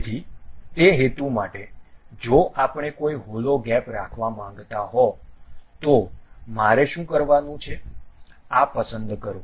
તેથી તે હેતુ માટે જો આપણે કોઈ હોલો ગેપ રાખવા માંગતા હો તો મારે શું કરવાનું છે આ પસંદ કરો